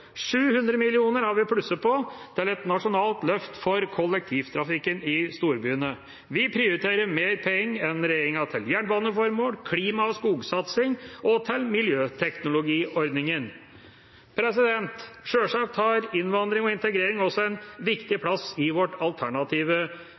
700 mill. kr har vi plusset på til et nasjonalt løft for kollektivtrafikken i storbyene. Vi prioriterer mer penger enn regjeringa til jernbaneformål, til klima- og skogsatsing og til miljøteknologiordningen. Sjølsagt har innvandring og integrering også en viktig plass i vårt alternative